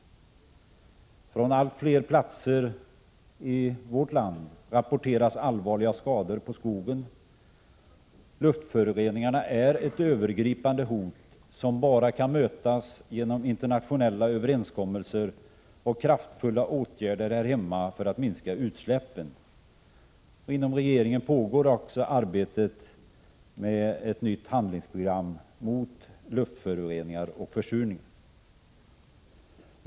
Från allt fler platser i vårt land rapporteras allvarliga skador på skogen. Luftföroreningarna är ett övergripande hot som bara kan mötas genom internationella överenskommelser och kraftfulla åtgärder här hemma för att minska utsläppen. Inom regeringen pågår också arbetet med ett nytt handlingsprogram mot luftföroreningarna och försurningen.